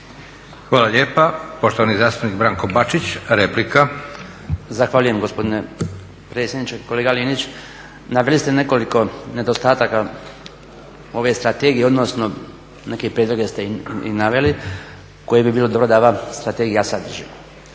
Hvala lijepa. Poštovani zastupnik Branko Bačić, replika. **Bačić, Branko (HDZ)** Zahvaljujem gospodine predsjedniče. Kolega Linić, naveli ste nekoliko nedostataka ove strategije, odnosno neke prijedloge ste i naveli koje bi bilo dobro da ova strategija sadrži.